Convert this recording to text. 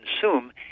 consume